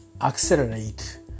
accelerate